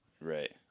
Right